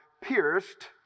pierced